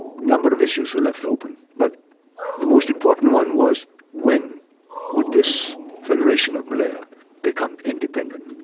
number of issues were left open, but the most important one was when would this federation of malaya become independent?